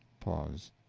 pause.